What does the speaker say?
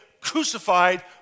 crucified